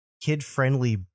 kid-friendly